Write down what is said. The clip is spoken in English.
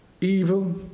evil